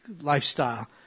lifestyle